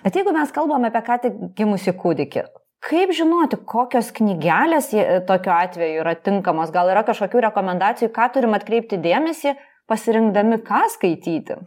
bet jeigu mes kalbam apie ką tik gimusį kūdikį kaip žinoti kokios knygelės ji tokiu atveju yra tinkamos gal yra kažkokių rekomendacijų į ką turim atkreipti dėmesį pasirinkdami ką skaityti